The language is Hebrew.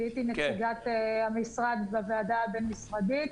הייתי נציגת המשרד בוועדה הבין-משרדית.